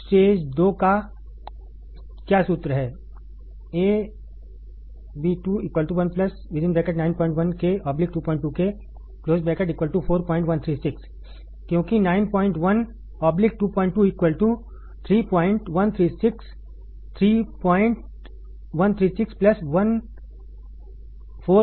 stage दो क्या सूत्र है क्योंकि 91 22 3136 3136 1 4136 होगा